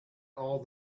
all